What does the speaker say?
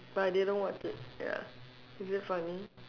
but I didn't watch it ya was it funny